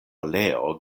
leo